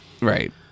right